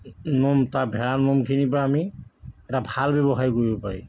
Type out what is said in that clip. নোম তাৰ ভেড়াৰ নোম খিনিৰ পা আমি এটা ভাল ব্যৱসায় কৰিব পাৰি